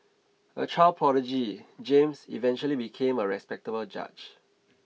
a child prodigy James eventually became a respectable judge